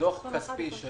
דוח כספי של